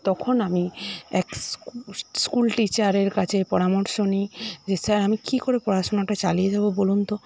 তখন আমি এক স্কুল টিচারের কাছে পরামর্শ নিই যে স্যার আমি কী করে পড়াশোনাটা চালিয়ে যাব বলুন তো